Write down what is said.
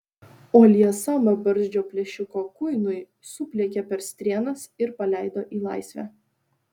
o liesam bebarzdžio plėšiko kuinui supliekė per strėnas ir paleido į laisvę